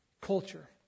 culture